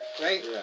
right